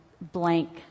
blank